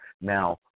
Now